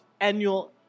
annual